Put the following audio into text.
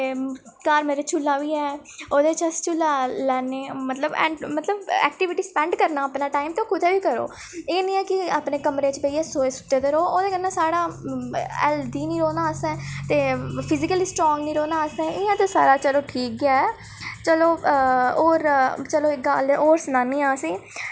ते घर मेरे झूल्ला बी है ओह्दे च अस झूल्ला लैन्ने मतलब हैन मतलब एक्टिविटी स्पैंड करना अपना टाइम ते कुतै बी करो एह् निं ऐ कि अपने कमरे च बेहिये सोए सुत्ते दे रौह् ओह्दे कन्नै साढ़ा हैल्थी निं रौह्ना असें ते फिजिकली स्ट्रांग निं रौह्ना असें इ'यां ते सारा चलो ठीक गै चलो और चलो इक गल्ल और सनानियां असें